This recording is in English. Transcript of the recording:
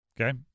okay